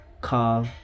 car